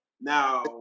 Now